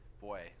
boy